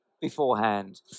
beforehand